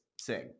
sing